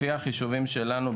לפי החישובים שלנו,